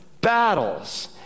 battles